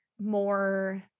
more